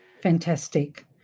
Fantastic